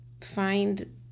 find